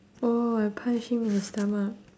oh I punch him in the stomach